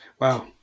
wow